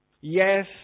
Yes